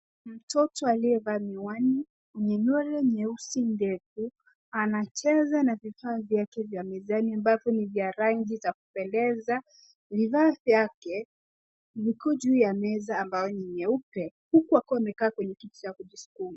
Mtoto aliyevaa miwani mwenye nywele nyeusi ndefu anacheza na vifaa vyake vya mezani ambavyo ni vya rangi za kupendeza. Bidhaa zake ziko juu ya meza ambayo ni nyeupe huku akiwa amekaa kwenye kiti cha kujisukuma.